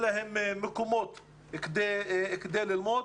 אין להם מקומות לימוד.